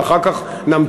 ואחר כך נמתין,